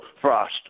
frost